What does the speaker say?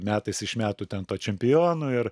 metais iš metų ten tuo čempionu ir